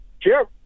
Sure